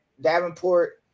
Davenport